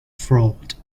fraud